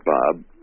Bob